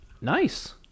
Nice